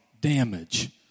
damage